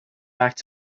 back